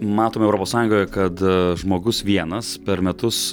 matome europos sąjungoje kada žmogus vienas per metus